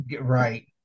Right